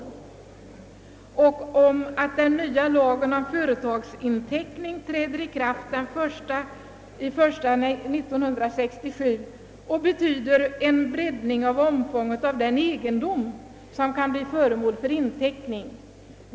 Bankofullmäktige påpekar också att den nya lagen om företagsinteckning, som föreslagits träda i kraft den 1 januari 1967, kommer att betyda en breddning av omfånget av den egendom, som kan bli föremål för inteckning.